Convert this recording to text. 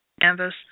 canvas